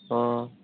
অঁ